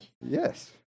Yes